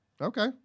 Okay